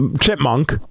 chipmunk